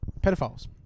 pedophiles